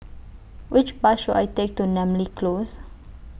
Which Bus should I Take to Namly Close